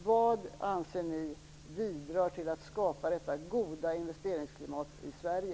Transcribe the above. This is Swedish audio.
Vad anser ni bidrar till att skapa detta goda investeringsklimat i Sverige?